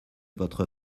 votre